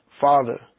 father